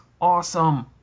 awesome